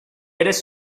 eres